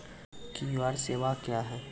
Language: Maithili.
क्यू.आर सेवा क्या हैं?